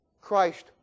Christ